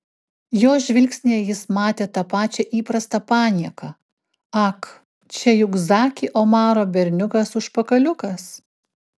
jo žvilgsnyje jis matė tą pačią įprastą panieką ak čia juk zaki omaro berniukas užpakaliukas